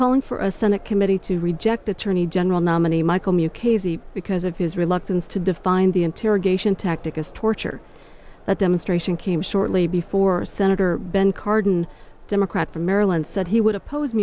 calling for a senate committee to reject attorney general nominee michael mukasey because of his reluctance to define the interrogation tactic as torture the demonstration came shortly before senator ben cardin democrat from maryland said he would oppose